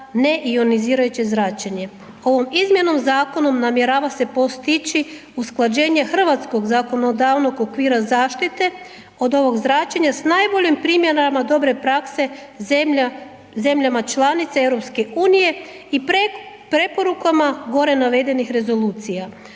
neionizirajuće zračenje. Ovom izmjenom zakona namjerava se postići usklađenje hrvatskog zakonodavnog okvira zaštite od ovog zračenja s najboljim primjenama dobre prakse zemlja, zemljama članice EU i preporukama gore navedenih rezolucija.